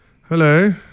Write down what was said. hello